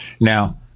Now